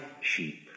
sheep